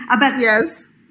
Yes